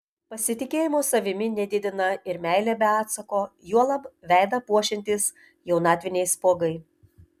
pasitikėjimo savimi nedidina ir meilė be atsako juolab veidą puošiantys jaunatviniai spuogai